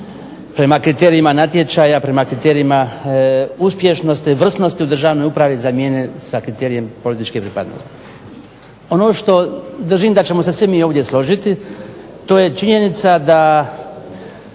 prema kriterijima natječaja, prema kriterijima uspješnosti, vrsnosti u državnoj upravi zamijene sa kriterijem političke pripadnosti. Ono što držim da ćemo se svi mi ovdje složiti to je činjenica da